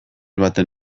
baten